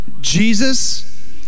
Jesus